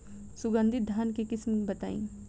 सुगंधित धान के किस्म बताई?